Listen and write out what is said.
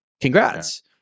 Congrats